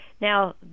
Now